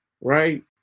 right